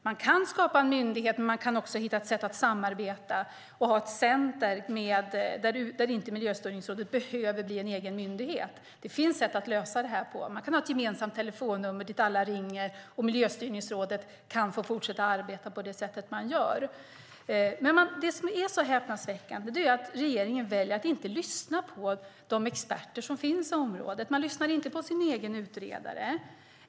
Man kan skapa en myndighet, men man kan också hitta ett sätt att samarbeta och ha ett centrum där Miljöstyrningsrådet inte behöver bli en egen myndighet. Det finns sätt att lösa detta. Man kan ha ett gemensamt telefonnummer dit alla ringer, och Miljöstyrningsrådet kan få fortsätta arbeta på det sätt som man gör. Det som är så häpnadsväckande är att regeringen väljer att inte lyssna på de experter som finns på området. Man lyssnar inte på sin egen utredare.